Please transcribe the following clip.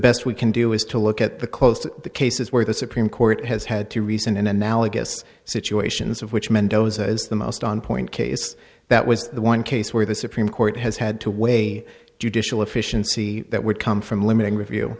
best we can do is to look at the close to the cases where the supreme court has had to rescind an analogous situations of which mendoza is the most on point case that was the one case where the supreme court has had to weigh judicial efficiency that would come from limiting review